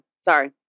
Sorry